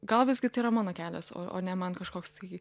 gal visgi tai yra mano kelias o o ne man kažkoks tai